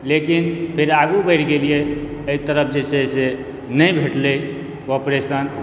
लेकिन फेर आगू बढ़ि गेलियै एहि तरफ जे छै से नहि भेटलै कोऑपरेशन